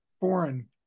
foreign